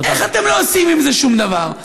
איך אתם לא עושים עם זה שום דבר?